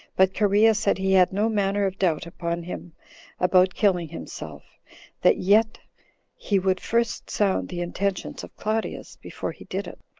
but cherea said he had no manner of doubt upon him about killing himself that yet he would first sound the intentions of claudius before he did it.